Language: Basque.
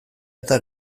eta